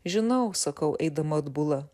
žinau sakau eidama atbula